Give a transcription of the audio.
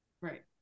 right